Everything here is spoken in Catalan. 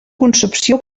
concepció